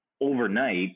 overnight